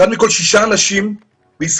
אחד מכל שישה אנשים בישראל,